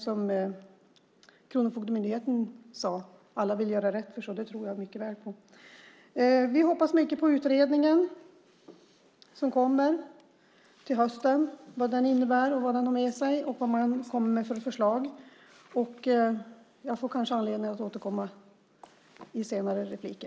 Som Kronofogdemyndigheten sade vill alla göra rätt för sig, och det tror jag. Vi hoppas mycket på förslagen i den utredning som kommer till hösten. Jag får kanske anledning att återkomma i replik senare.